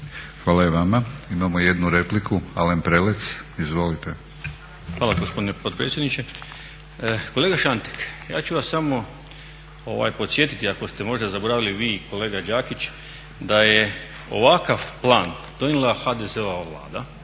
Hvala i vama. Imamo jednu repliku. Alen Prelec. Izvolite. **Prelec, Alen (SDP)** Hvala gospodine potpredsjedniče. Kolega Šantek, ja ću vas samo podsjetiti ako ste možda zaboravili vi i kolega Đakić da je ovakav plan donijela HDZ-ova vlada